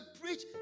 preach